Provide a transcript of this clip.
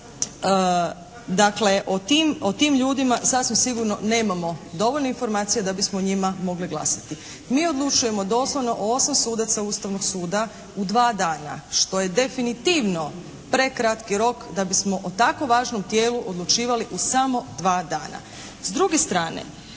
Dakle, o tim ljudima sasvim sigurno nemamo dovoljno informacija da bismo o njima mogli glasati. Mi odlučujemo doslovno o 8 sudaca Ustavnog suda u dva dana što je definitivno prekratki rok da bismo o tako važnom tijelu odlučivali u samo dva dana.